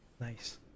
Nice